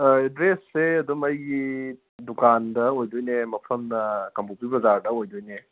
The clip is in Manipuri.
ꯑꯥ ꯑꯦꯗ꯭ꯔꯦꯁꯁꯦ ꯑꯗꯨꯝ ꯑꯩꯒꯤ ꯗꯨꯀꯥꯟꯗ ꯑꯣꯏꯒꯗꯣꯏꯅꯦ ꯃꯐꯝꯅ ꯀꯥꯡꯄꯣꯛꯄꯤ ꯕꯥꯖꯥꯔꯗ ꯑꯣꯏꯒꯗꯣꯏꯅꯦ